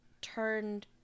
turned